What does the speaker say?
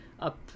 up